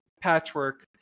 patchwork